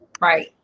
Right